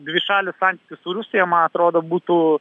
dvišalių santykių su rusija man atrodo būtų